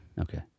Okay